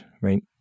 right